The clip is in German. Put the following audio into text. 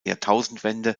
jahrtausendwende